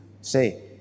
say